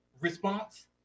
response